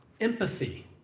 Empathy